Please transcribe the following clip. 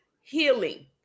healing